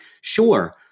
Sure